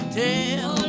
tell